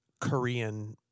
Korean